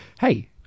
Hey